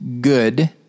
good